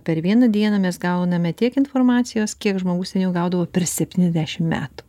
per vieną dieną mes gauname tiek informacijos kiek žmogus seniau gaudavo per septyniasdešim metų